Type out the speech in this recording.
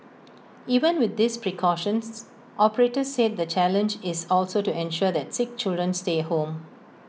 even with these precautions operators said the challenge is also to ensure that sick children stay home